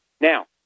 Now